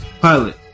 pilot